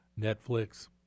Netflix